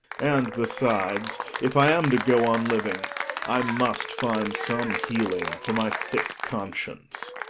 and besides if i am to go on living i must find some healing for my sick conscience.